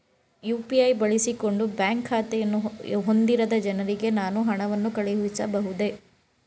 UPI ಬಳಸಿಕೊಂಡು bank ಖಾತೆಯನ್ನು ಹೊಂದಿರದ ಜನರಿಗೆ ನಾನು ಹಣವನ್ನು ಕಳುಹಿಸಬಹುದೇ?